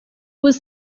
was